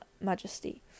majesty